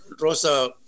Rosa